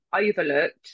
overlooked